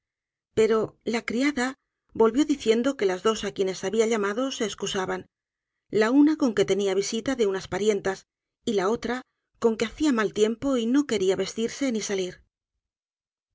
pero la criada volvió diciendo qué las dos á quienes habian llamado se escusaban la una con que tenia visita de unas parientas y la otra con que hacia mal tiempo y no quería vestirse ni salir